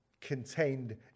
contained